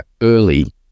early